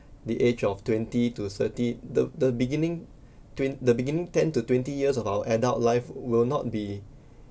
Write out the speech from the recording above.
the age of twenty to thirty the the beginning twen~ the beginning ten to twenty years of our adult life will not be